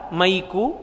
maiku